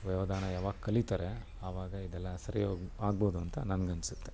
ವ್ಯವಧಾನ ಯಾವಾಗ ಕಲಿತಾರೆ ಆವಾಗ ಇದೆಲ್ಲ ಸರಿ ಹೋಗಿ ಆಗ್ಬೋದು ಅಂತ ನನ್ಗೆ ಅನ್ಸುತ್ತೆ